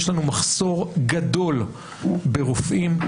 יש לנו מחסור גדול ברופאים,